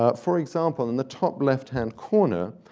ah for example, in the top left-hand corner,